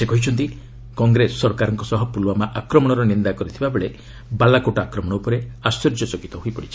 ସେ କହିଛନ୍ତି କଂଗ୍ରେସ ସରକାରଙ୍କ ସହ ପୁଲ୍ୱାମା ଆକ୍ରମଣର ନିନ୍ଦା କରିଥିବାବେଳେ ବାଲାକୋଟ୍ ଆକ୍ରମଣ ଉପରେ ଆଶ୍ଚର୍ଯ୍ୟଚକିତ ହୋଇପଡ଼ିଚ୍ଛି